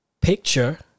picture